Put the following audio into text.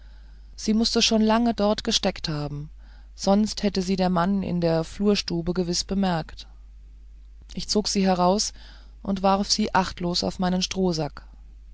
sie mußte schon lange dort gesteckt haben sonst hätte sie der mann in der flurstube gewiß bemerkt ich zog sie heraus und warf sie achtlos auf meinen strohsack